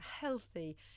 healthy